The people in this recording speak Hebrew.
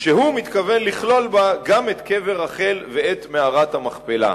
והוא מתכוון לכלול בה גם את קבר רחל ואת מערת המכפלה.